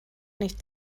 nicht